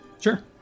Sure